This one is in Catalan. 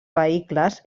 vehicles